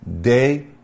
Day